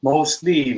Mostly